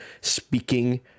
speaking